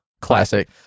classic